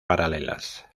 paralelas